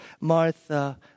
Martha